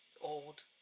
old